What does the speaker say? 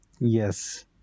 Yes